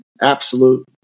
absolute